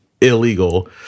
illegal